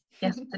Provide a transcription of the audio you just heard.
Yes